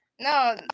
No